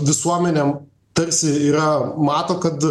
visuomenėm tarsi yra mato kad